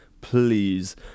please